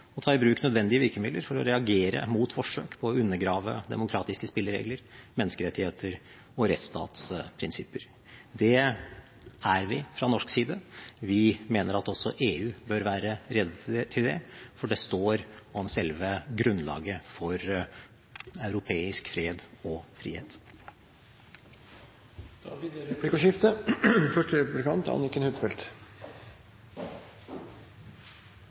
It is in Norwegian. ta i bruk nødvendige virkemidler for å reagere mot forsøk på å undergrave demokratiske spilleregler, menneskerettigheter og rettsstatsprinsipper. Det er vi fra norsk side. Vi mener at også EU bør være rede til det, for det står om selve grunnlaget for europeisk fred og frihet. Det blir replikkordskifte. Det